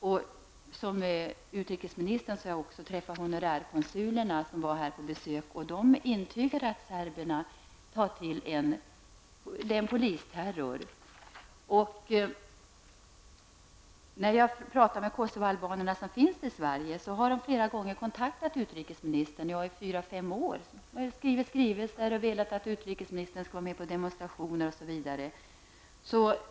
Liksom utrikesministern har också jag träffat honorärkonsulerna som var är på besök, och de intygade att det förekommer polisterror. När jag har pratat med de Kosovoalbaner som finns i Sverige, uppger de att de flera gånger har kontaktat utrikesministern och i fyra fem år utarbetat skrivelser, velat att utrikesministern skall delta i demonstrationer, osv.